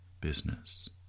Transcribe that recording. business